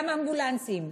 גם אמבולנסים,